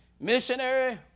Missionary